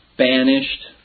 banished